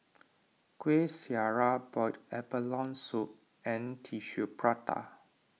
Kueh Syara Boiled Abalone Soup and Tissue Prata